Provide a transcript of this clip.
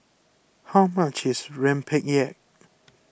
how much is Rempeyek